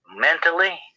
mentally